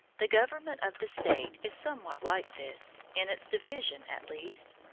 the government of the state is somewhat like this in its division at least.